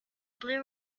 blue